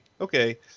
okay